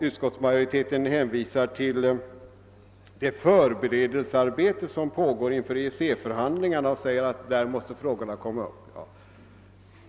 Utskottsmajoriteten hänvisar till det förberedelsearbete som pågår inför EEC-förhandlingarna och säger att frågan måste komma upp där.